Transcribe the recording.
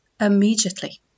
immediately